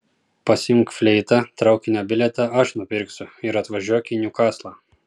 pasiimk fleitą traukinio bilietą aš nupirksiu ir atvažiuok į niukaslą